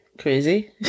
Crazy